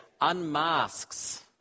unmasks